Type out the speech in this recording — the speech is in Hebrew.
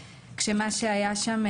כשמה שהיה שם,